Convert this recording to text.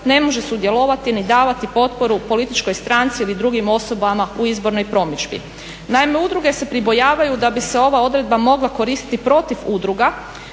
ne može sudjelovati ni davati potporu političkoj stranci ili drugim osobama u izbornoj promidžbi.". Naime udruge se pribojavaju da bi se ova odredba mogla koristiti protiv udruga